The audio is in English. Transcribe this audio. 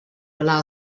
allow